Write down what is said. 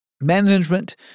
Management